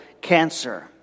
cancer